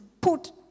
put